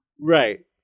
Right